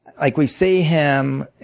like we see him.